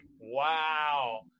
wow